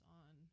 on